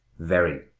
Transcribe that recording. very,